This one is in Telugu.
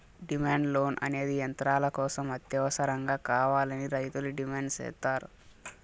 డిమాండ్ లోన్ అనేది యంత్రాల కోసం అత్యవసరంగా కావాలని రైతులు డిమాండ్ సేత్తారు